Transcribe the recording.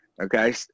Okay